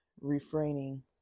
refraining